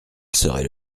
serait